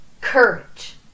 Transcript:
courage